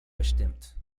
bestimmt